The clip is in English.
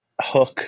Hook